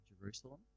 Jerusalem